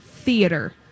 Theater